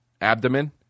abdomen